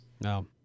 No